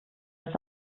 als